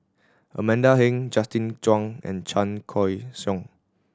Amanda Heng Justin Zhuang and Chan Choy Siong